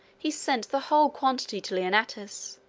he sent the whole quantity to leonnatus,